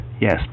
Yes